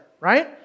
right